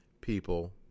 people